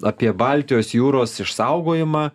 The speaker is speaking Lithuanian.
apie baltijos jūros išsaugojimą